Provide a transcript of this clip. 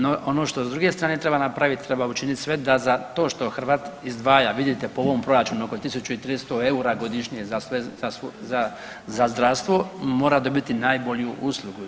No, ono što s druge strane treba napraviti, treba učiniti sve za to što Hrvat izdvaja, vidite po ovom proračunu oko 1.300 EUR-a godišnje za sve, za zdravstvo mora dobiti najbolju uslugu.